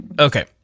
Okay